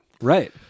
Right